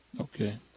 Okay